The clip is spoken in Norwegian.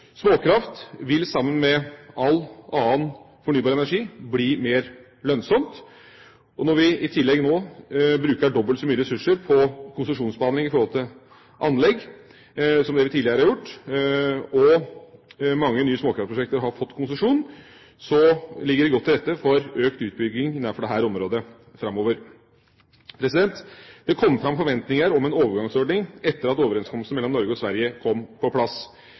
Småkraft vil sammen med all annen fornybar energi bli mer lønnsomt. Når vi i tillegg nå bruker dobbelt så mye ressurser på å konsesjonsbehandle anlegg som det vi tidligere har gjort, og mange nye småkraftprosjekter har fått konsesjon, ligger det godt til rette for økt utbygging innenfor dette området framover. Det kom fram forventninger om en overgangsordning etter at overenskomsten mellom Norge og Sverige kom på plass.